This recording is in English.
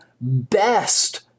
best